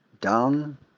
down